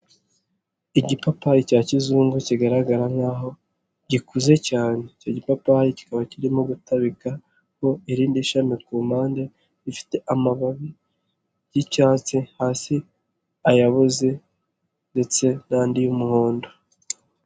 Igipapayi cya kizungu kigaragara nkaho gikuze cyane, icyo gipapayi kikaba kirimo gutabikaho irindi shami ku mpande rifite amababi y'icyatsi, hasi ayaboze ndetse n'andi y'umuhondo.